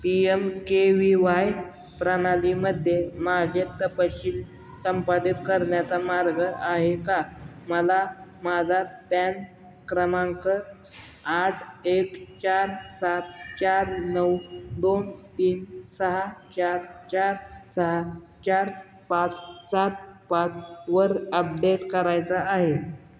P M K V Y प्रणालीमध्ये माझे तपशील संपदित करण्याचा मार्ग आहे का मला माझा पॅन क्रमांक आठ एक चार सात चार नऊ दोन तीन सहा चार चार सहा चार पाच सात पाचवर अपडेट करायचा आहे